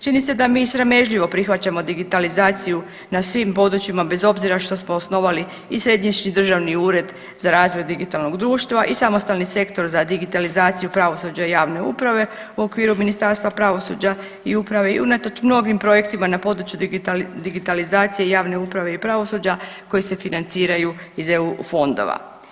Činjenica da mi sramežljivo prihvaćamo digitalizaciju na svim područjima bez obzira što smo osnovali i Središnji državni ured za razvoj digitaliziranog društva i Samostalni sektor za digitalizaciju pravosuđa javne uprave u okviru Ministarstvu pravosuđa i uprave i unatoč mnogim projektima na području digitalizacije javne uprave i pravosuđa koji se financiraju iz eu fondova.